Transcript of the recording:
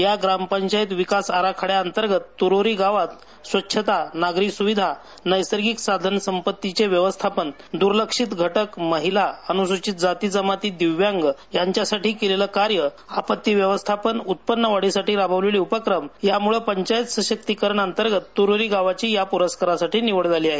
या ग्रामपंचायत विकास आराखड्याअंतर्गत तुरोरी गावात स्वच्छता नागरी सुविधा नैसर्गिक साधन संपत्तीचे व्यवस्थापन दुर्लक्षित घटक महिला अनुसूचित जाती जमाती दिव्यांग यांच्यासाठी केलेल कार्य आपत्ती व्यवस्थापन उत्पन्नवाढीसाठी राबवलेले उपक्रम यामुळे पंचायत सशक्तीकरण अंतर्गत तुरोरी गावाची या पुरस्कारासाठी निवड झाली आहे